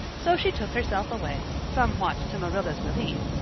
so she took herself away, somewhat to marilla's relief,